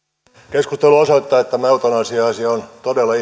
keskustelu osoittaa että tämä eutanasia asia on todella